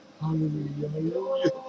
hallelujah